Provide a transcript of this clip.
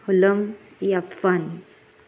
Halam याफ्फान